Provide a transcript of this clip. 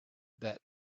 that